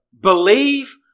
believe